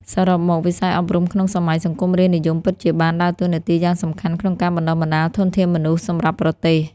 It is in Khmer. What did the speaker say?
សរុបមក វិស័យអប់រំក្នុងសម័យសង្គមរាស្រ្តនិយមពិតជាបានដើរតួនាទីយ៉ាងសំខាន់ក្នុងការបណ្តុះបណ្តាលធនធានមនុស្សសម្រាប់ប្រទេស។